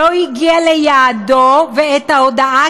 כאילו לא הגיע ליעדו ואת ההודעה,